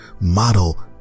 Model